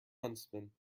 huntsman